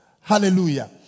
Hallelujah